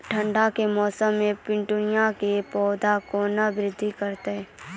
ठंड के मौसम मे पिटूनिया के पौधा केना बृद्धि करतै?